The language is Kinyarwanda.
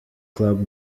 club